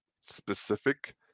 specific